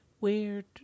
weird